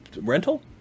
rental